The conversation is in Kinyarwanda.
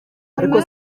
ariko